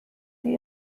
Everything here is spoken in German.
die